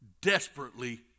desperately